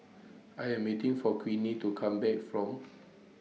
I Am waiting For Queenie to Come Back from